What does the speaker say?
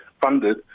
funded